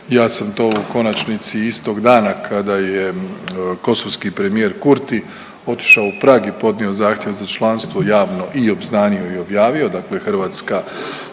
Ja sam to u konačnici istog dana kada je kosovski premijer Kurti otišao u Prag i podnio zahtjev za članstvo javno i obznanio i objavio,